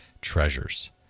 treasures